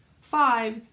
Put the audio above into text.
Five